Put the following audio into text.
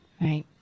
Right